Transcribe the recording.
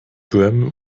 brim